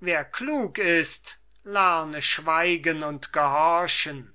wer klug ist lerne schweigen und gehorchen